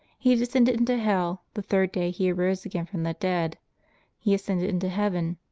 he descended into hell the third day he arose again from the dead he ascended into heaven,